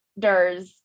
Durs